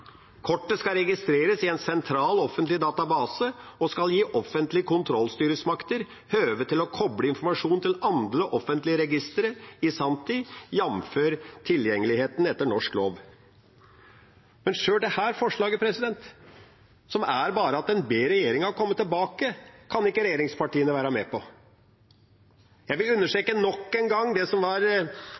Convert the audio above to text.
Kortet skal registrerast i ein sentral offentleg database og skal gje offentlege kontrollstyresmakter høve til å kopla informasjon til andre offentlege register i sanntid, jf. tilgjenge etter norsk lov.» Men sjøl dette forslaget, som bare er at en ber regjeringa komme tilbake, kan ikke regjeringspartiene være med på. Jeg vil understreke nok en gang det som var